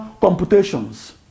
computations